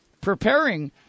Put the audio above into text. preparing